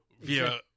via